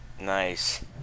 nice